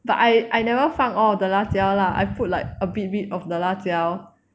but I I never 放 all of the 辣椒 lah I put like a bit bit of the 辣椒